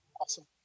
Awesome